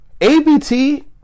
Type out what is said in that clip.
ABT